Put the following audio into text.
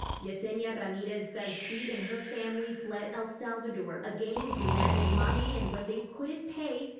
yesenia ramirez says she and her family fled el salvador, a gang demanded money and when they couldn't pay,